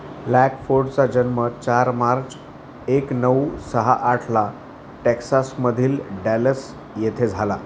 ब्लॅकफोर्डचा जन्म चार मार्च एक नऊ सहा आठला टेक्सासमधील डॅलस येथे झाला